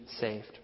saved